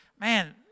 man